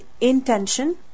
intention